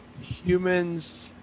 humans